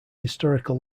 historical